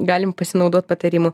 galim pasinaudot patarimu